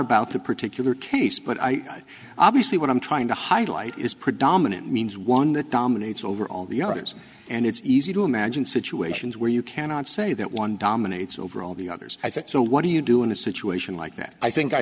about the particular case but i obviously what i'm trying to highlight is predominant means one that dominates over all the others and it's easy to imagine situations where you cannot say that one dominates over all the others i think so what do you do in a situation like that i think i